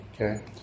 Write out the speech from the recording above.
Okay